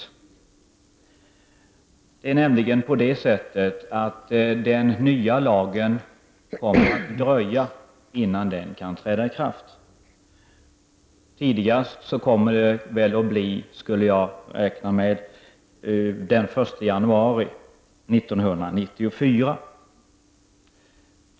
Det kommer nämligen att dröja innan den nya lagen kan träda i kraft — jag räknar med att det blir tidigast den 1 januari 1994.